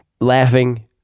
laughing